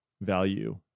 value